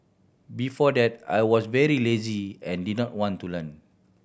before that I was very lazy and didn't want to learn